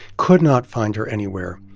could not find her anywhere.